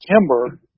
timber